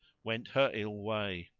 went her ill way.